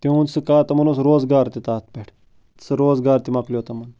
تِہُنٛد سُہ کا تِمن اوس روز گار تہِ تَتھ پٮ۪ٹھ سُہ روز گار تہِ مکلیو تِمن